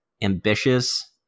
ambitious